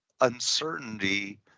uncertainty